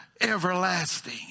everlasting